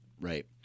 Right